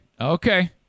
Okay